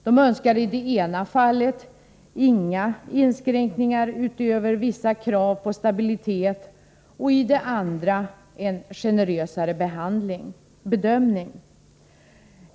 De önskar i ena fallet inga inskränkningar utöver vissa krav på stabilitet och i det andra fallet en generösare bedömning.